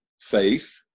faith